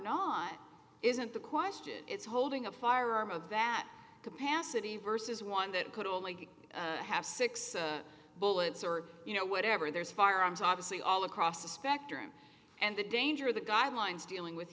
not isn't the question it's holding a firearm of that capacity versus one that could only get half six bullets or you know whatever there's firearms obviously all across the spectrum and the danger the guidelines dealing with